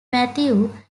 matthew